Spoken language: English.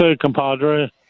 compadre